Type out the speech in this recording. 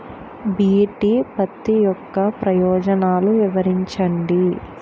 BT పత్తి యొక్క ప్రయోజనాలను వివరించండి?